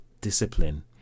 discipline